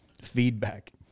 feedback